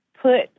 put